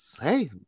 Hey